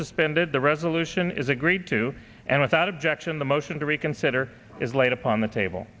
suspended the resolution is agreed to and without objection the motion to reconsider is laid upon the table